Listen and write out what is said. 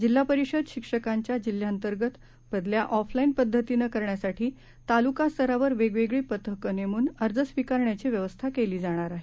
जिल्हा परिषद शिक्षकांच्या जिल्ह्यांतर्गत बदल्या ऑफलाईन पद्धतीने करण्यासाठी तालुका स्तरावर वेगवेगळी पथकं नेमून अर्ज स्वीकारण्याची व्यवस्था केली जाणार आहे